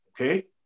okay